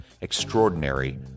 Extraordinary